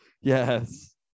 yes